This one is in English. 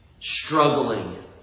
struggling